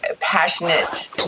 passionate